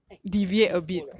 eh 我跟你说 liao